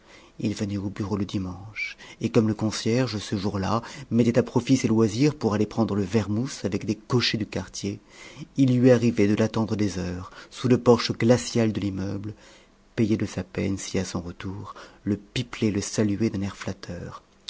il venait au bureau le dimanche et comme le concierge ce jour-là mettait à profit ses loisirs pour aller prendre le vermouth avec des cochers du quartier il lui arrivait de l'attendre des heures sous le porche glacial de l'immeuble payé de sa peine si à son retour le pipelet le saluait d'un air flatteur